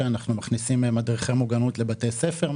אנחנו מכניסים מדריכי מוגנות לבתי ספר,